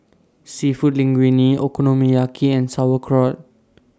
Seafood Linguine Okonomiyaki and Sauerkraut